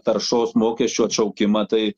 taršos mokesčio atšaukimą tai